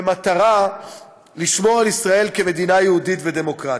במטרה לשמור על ישראל כמדינה יהודית ודמוקרטית.